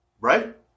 Right